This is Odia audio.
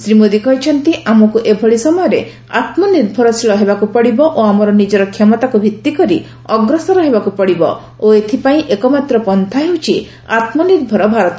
ଶ୍ରୀ ମୋଦୀ କହିଛନ୍ତି ଆମକୁ ଏଭଳି ସମୟରେ ଆତ୍କନିର୍ଭରଶୀଳ ହେବାକୁ ପଡ଼ିବ ଓ ଆମର ନିଜର କ୍ଷମତାକୁ ଭିତି କରି ଅଗ୍ରସର ହେବାକୁ ପଡ଼ିବ ଓ ଏଥିପାଇଁ ଏକମାତ୍ର ପନ୍ଥା ହେଉଛି ଆତ୍ମନିର୍ଭର ଭାରତ